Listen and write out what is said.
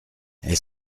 est